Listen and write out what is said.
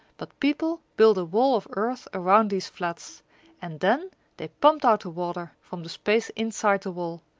but people built a wall of earth around these flats and then they pumped out the water from the space inside the wall,